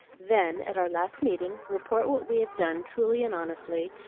then, at our last meeting, report what we have done, truly and honestly,